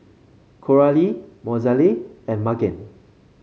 Coralie Mozelle and Magen